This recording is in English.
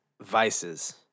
vices